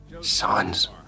Sons